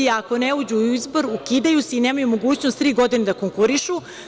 Ako ne uđu u izbor, ukidaju se i nemaju mogućnost tri godine da konkurišu.